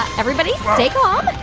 everybody stay calm.